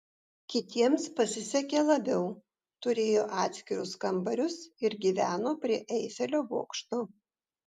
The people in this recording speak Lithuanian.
kitiems pasisekė labiau turėjo atskirus kambarius ir gyveno prie eifelio bokšto